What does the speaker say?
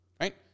right